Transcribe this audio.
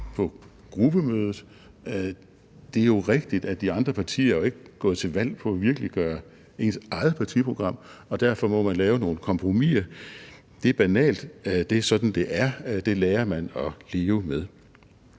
på gruppemødet; det er jo rigtigt, at de andre partier ikke er gået til valg på at virkeliggøre ens eget partiprogram, og derfor må man lave nogle kompromiser. Det er banalt – det er sådan, det er – det lærer man at leve med.